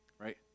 right